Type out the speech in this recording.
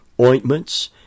ointments